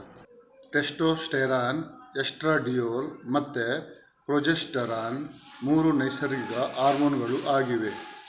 testosterone, estradiol ಮತ್ತೆ progesterone ಮೂರು ನೈಸರ್ಗಿಕ ಹಾರ್ಮೋನುಗಳು ಆಗಿವೆ